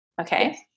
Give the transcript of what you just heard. Okay